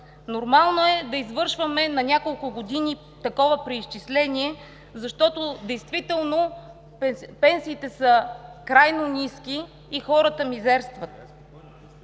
нормално е да извършваме на няколко години такова преизчисление, защото действително пенсиите са крайно ниски и хората мизерстват.